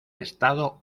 estado